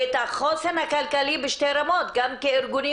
ואת החוסן הכלכלי בשתי רמות גם כארגונים